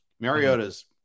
Mariota's